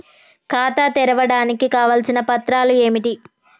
ఖాతా తెరవడానికి కావలసిన పత్రాలు ఏమిటి?